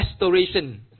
restoration